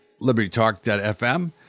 libertytalk.fm